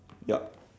yup